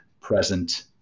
present